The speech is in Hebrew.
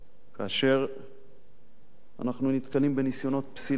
כאשר אנחנו נתקלים בניסיונות פסילה,